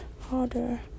harder